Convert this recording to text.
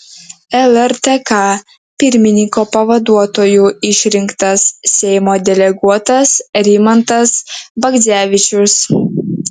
lrtk pirmininko pavaduotoju išrinktas seimo deleguotas rimantas bagdzevičius